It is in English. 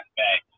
back